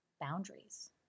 boundaries